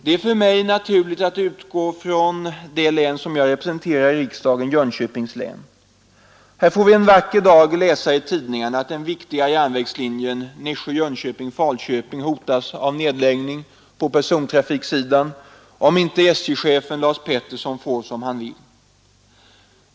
Det är för mig naturligt att i detta sammanhang utgå från det län som jag representerar i riksdagen, Jönköpings län. Där får vi en vacker dag läsa i tidningarna att den viktiga järnvägen Nässjö-Jönköping—Falköping hotas av nedläggning på persontrafiksidan, om inte SJ-chefen Lars Peterson får som han vill.